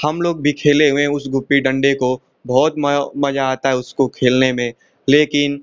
हम लोग भी खेले हुए हैं उस मआ मज़ा आता है उसको खेलने में लेकिन